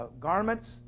garments